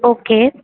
okay